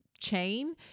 chain